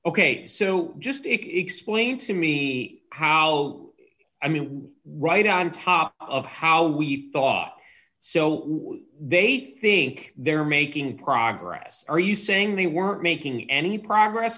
ok so just explain to me how i mean right on top of how we thought so they think they're making progress are you saying they weren't making any progress